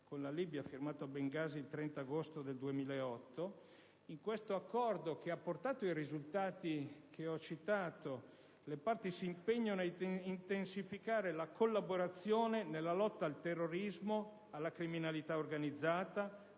di amicizia, firmato a Bengasi il 30 agosto 2008. In questo accordo, che ha portato i risultati che ho citato, le parti si impegnano a intensificare la collaborazione nella lotta al terrorismo, alla criminalità organizzata,